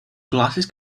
glasses